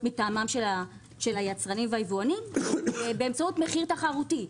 מטעמם של היצרנים והיבואנים באמצעות מחיר תחרותי.